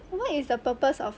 what is the purpose of